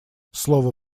слово